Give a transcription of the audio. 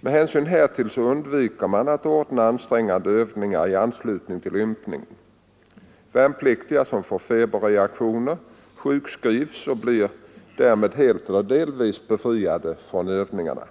Med hänsyn härtill undviker man att ordna ansträngande övningar i anslutning till ympning. Värnpliktiga som får feberreaktioner sjukskrivs och blir därmed helt eller delvis befriade från övningarna.